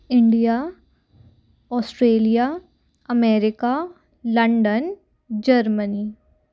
India Australia America London Germany